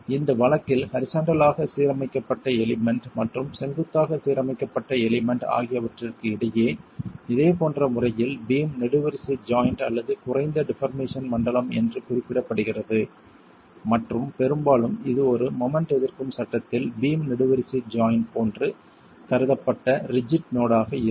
இந்த வழக்கில் ஹரிசாண்டல் ஆக சீரமைக்கப்பட்ட எலிமெண்ட் மற்றும் செங்குத்தாக சீரமைக்கப்பட்ட எலிமெண்ட் ஆகியவற்றிற்கு இடையே இதேபோன்ற முறையில் பீம் நெடுவரிசை ஜாய்ண்ட் அல்லது குறைந்த டிபார்மேசன் மண்டலம் என்று குறிப்பிடப்படுகிறது மற்றும் பெரும்பாலும் இது ஒரு மொமெண்ட் எதிர்க்கும் சட்டத்தில் பீம் நெடுவரிசைஜாய்ண்ட் போன்று கருதப்பட்ட ரிஜிட் நோடு ஆக இருக்கும்